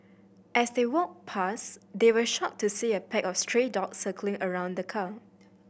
as they walked pass they were shocked to see a pack of stray dogs circling around the car